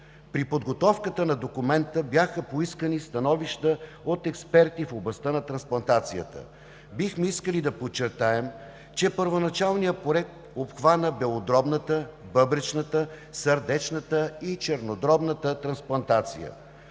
При подготовката на документа бяха поискани становища от експерти в областта на трансплантацията. Бихме искали да подчертаем, че първоначалният проект обхвана белодробната, бъбречната, сърдечната и чернодробната трансплантация.